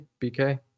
BK